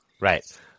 Right